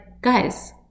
guys